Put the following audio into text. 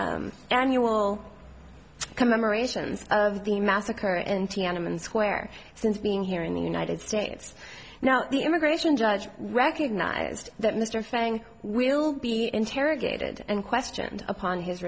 annual commemorations of the massacre in tiananmen square since being here in the united states now the immigration judge recognized that mr fang will be interrogated and questioned upon his